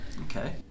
Okay